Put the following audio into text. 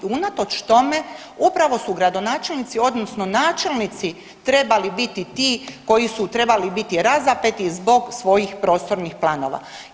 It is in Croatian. Unatoč tome upravo su gradonačelnici, odnosno načelnici trebali biti ti koji su trebali biti razapeti zbog svojih prostornih planova.